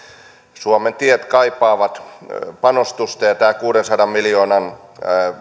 suomen tiet kaipaavat panostusta ja tämä kuudensadan miljoonan